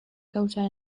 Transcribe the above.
causar